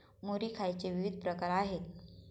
मुरी खायचे विविध प्रकार आहेत